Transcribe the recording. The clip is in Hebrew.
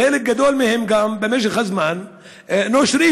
חלק גדול מהם במשך הזמן נושרים,